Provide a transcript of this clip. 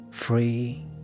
free